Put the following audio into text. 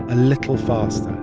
a little faster.